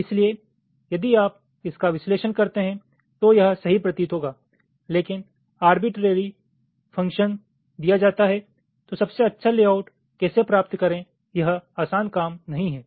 इसलिए यदि आप इसका विश्लेषण करते हैं तो यह सही प्रतीत होगा लेकिन आर्बिटरेरी फंक्शन दिया जाता है तो सबसे अच्छा लेआउट कैसे प्राप्त करें यह आसान काम नहीं है